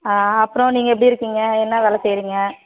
ஆ அப்புறம் நீங்கள் எப்படி இருக்கீங்க என்ன வேலை செய்யறீங்க